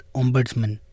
ombudsman